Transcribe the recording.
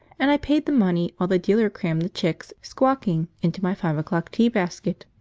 and i paid the money while the dealer crammed the chicks, squawking into my five-o'clock tea-basket.